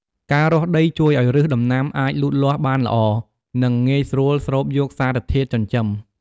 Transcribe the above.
ការរាស់ដីជួយឱ្យឫសដំណាំអាចលូតលាស់បានល្អ និងងាយស្រួលស្រូបយកសារធាតុចិញ្ចឹម។